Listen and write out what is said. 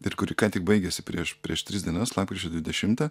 ir kuri ką tik baigėsi prieš prieš tris dienas lapkričio dvidešimtą